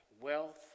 wealth